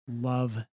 love